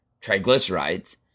triglycerides